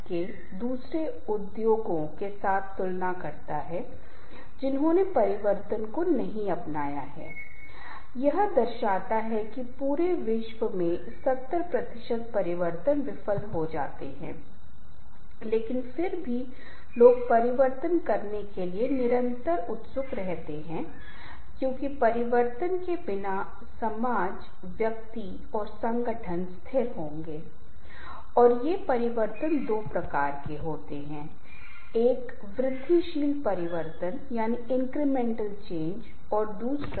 हमने देखा है की बहुत करीबी दोस्त होने के बावजूद भी एक ठीक सुबह हम पाते हैं कि कुछ हुआ है और उन्होंने उस रिश्ते को तोड़ दिया वे बात नहीं कर रहे हैं जबकि पिछले कई वर्षों से वे बहुत करीब थे पत्नी और पति झगड़ते हुए लड़ते हुए हमने बेटे और मां को भी झगड़ते हुए देखा है यहां तक कि पिता और बेटे बेटी और एक मां को भी उनके बीच मुद्दे हैं वे एक दूसरे से कुछ समय बात नहीं करते हैं और यहां तक कि कुछ समय की स्थिति इतनी बदतर हो जाती है कि संपत्ति की समस्या या कई अन्य मुद्दों के कारण लोग अदालत में भी चले जाते हैं